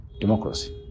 democracy